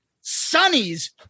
Sonny's